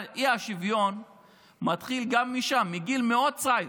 האי-שוויון מתחיל גם שם, מגיל מאוד צעיר.